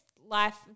life